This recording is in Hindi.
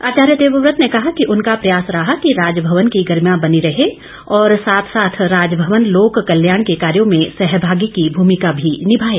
आचार्य देवव्रत ने कहा कि उनका प्रयास रहा कि राजभवन की गरिमा बनी रहे और साथ साथ राजभवन लोक कल्याण के कार्यों में सहभागी की भूमिका भी निभाए